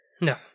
No